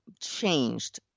changed